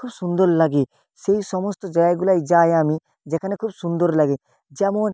খুব সুন্দর লাগে সেই সমস্ত জায়গাগুলোয় যাই আমি যেখানে খুব সুন্দর লাগে যেমন